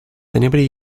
anybody